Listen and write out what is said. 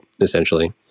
essentially